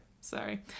Sorry